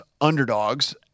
underdogs